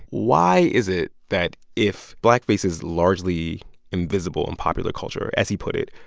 why is it that if blackface is largely invisible in popular culture, as he put it,